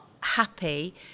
happy